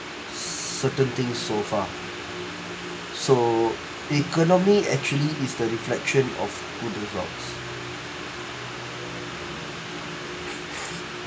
certain things so far so economy actually is the reflection of